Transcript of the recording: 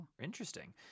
Interesting